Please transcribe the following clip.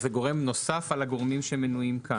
זה גורם נוסף על הגורמים שמנויים כאן.